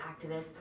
activist